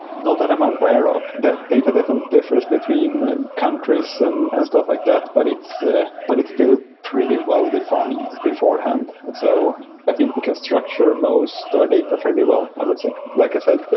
not that i'm aware of. that data definitely differs between countries and stuff like that, but it's ah but still still pretty well-defined beforehand. so i think we can structure most to our data fairly well, i would say. like i said,